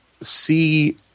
see